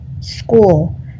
school